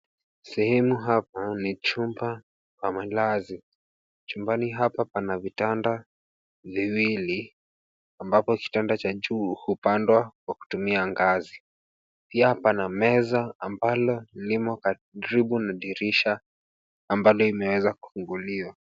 Sehemu hapa ni chumba pa malazi. Chumbani hapa pana vitanda viwili, ambapo kitanda cha juu hupandwa kwa kutumia ngazi. Pia pana meza ambalo limo karibu na dirisha amabalo imeweza kufunguliwa.